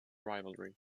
rivalry